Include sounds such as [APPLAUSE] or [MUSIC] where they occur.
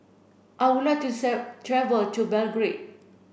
I would like to [UNINTELLIGIBLE] travel to Belgrade